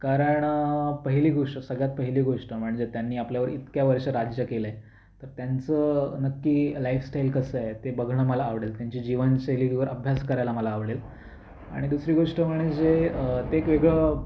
कारण पहिली गोष्ट सगळ्यात पहिली गोष्ट म्हणजे त्यांनी आपल्यावर इतक्या वर्षं राज्य केलं आहे तर त्यांचं नक्की लाइफस्टाइल कसं आहे ते बघणं मला आवडेल त्यांची जीवनशैलीवर अभ्यास करायला मला आवडेल आणि दुसरी गोष्ट म्हणजे ते एक वेगळं